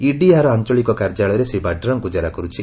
ED ଏହାର ଆଞ୍ଚଳିକ କାର୍ଯ୍ୟାଳୟରେ ଶ୍ରୀ ବାଡ୍ରାଙ୍କୁ ଜେରା କରୁଛି